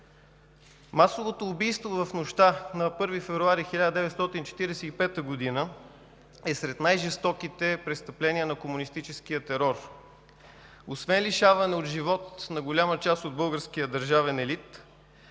Масовото убийство в нощта на 1 февруари 1945 г. е сред най-жестоките престъпления на комунистическия терор. Освен лишаване от живот на голяма част от българския държавен елит,